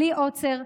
בלי עוצר,